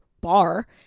Bar